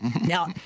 now